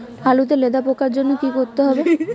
আলুতে লেদা পোকার জন্য কি করতে হবে?